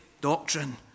doctrine